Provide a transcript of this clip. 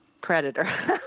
predator